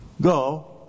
Go